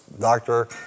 doctor